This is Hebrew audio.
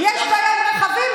יש בעיה עם רכבים?